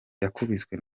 yakubiswe